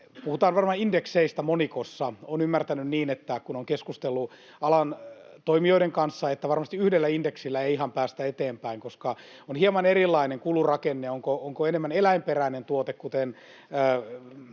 Puhutaan varmaan indekseistä monikossa. Olen ymmärtänyt niin, kun olen keskustellut alan toimijoiden kanssa, että varmasti yhdellä indeksillä ei ihan päästä eteenpäin, koska kulurakenne on hieman erilainen riippuen siitä, onko enemmän eläinperäinen tuote, kuten